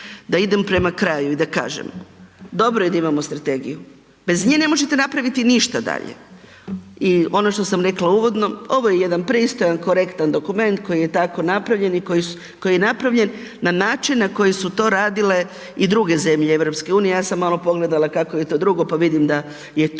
Da idem prema kraju i da kažem, dobro je da imamo strategiju, bez nje ne možete napraviti ništa dalje i ono što sam rekla i ono što sam rekla uvodno, ovo je jedan pristojan, korektan dokument koji je tako napravljen i koji je napravljen na način na koji su to radile i druge zemlje EU. Ja sam malo pogledala kako je to drugo, pa vidim da je tu,